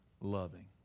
loving